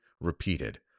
repeated